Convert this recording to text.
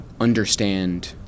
understand